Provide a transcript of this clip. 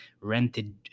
rented